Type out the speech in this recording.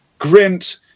Grint